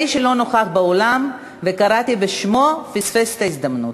מי שלא נמצא באולם וקראתי בשמו פספס את ההזדמנות.